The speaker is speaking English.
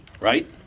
right